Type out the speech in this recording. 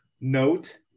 note